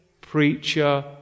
preacher